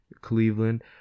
Cleveland